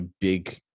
big